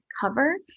cover